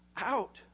Out